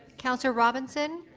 councillor robinson,